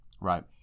Right